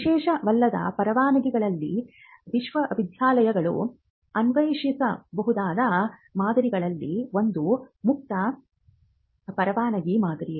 ವಿಶೇಷವಲ್ಲದ ಪರವಾನಗಿಗಳಲ್ಲಿ ವಿಶ್ವವಿದ್ಯಾಲಯಗಳು ಅನ್ವೇಷಿಸಬಹುದಾದ ಮಾದರಿಗಳಲ್ಲಿ ಒಂದು ಮುಕ್ತ ಪರವಾನಗಿ ಮಾದರಿ